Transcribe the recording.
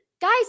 guys